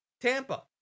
Tampa